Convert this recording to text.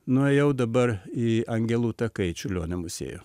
nuėjau dabar į angelų takai čiurlionio muziejų